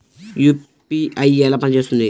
UPI ఎలా పనిచేస్తుంది?